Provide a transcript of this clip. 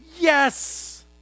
yes